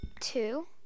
two